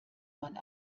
man